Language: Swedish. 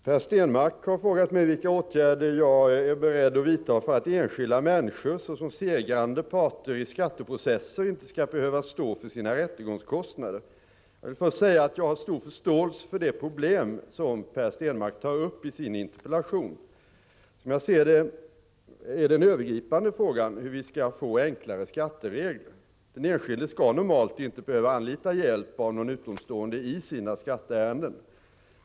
Herr talman! Per Stenmarck har frågat mig vilka åtgärder jag är beredd att vidta för att enskilda människor, såsom segrande parter i skatteprocesser, inte skall behöva stå för sina rättegångskostnader. Jag vill först säga att jag har stor förståelse för det problem Per Stenmarck tar uppi sin interpellation. Som jag ser det är den övergripande frågan hur vi skall få enklare skatteregler. Den enskilde skall normalt inte behöva anlita hjälp av någon utomstående i sina skatteärenden.